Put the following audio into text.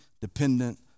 dependent